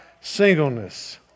singleness